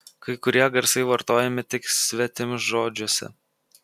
kai kurie garsai vartojami tik svetimžodžiuose